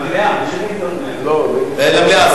מי שנגד, למליאה.